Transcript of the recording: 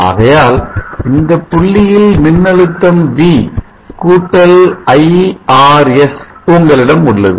ஆகையால் இந்த புள்ளியில் மின்னழுத்தம் v கூட்டல் iRs உங்களிடம் உள்ளது